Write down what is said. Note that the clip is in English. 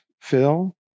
Phil